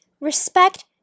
Respect